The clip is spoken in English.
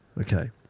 Okay